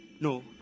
No